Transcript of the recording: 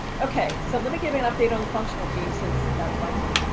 okay, so let me give you an update on the functional team since that's my team.